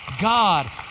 God